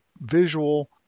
visual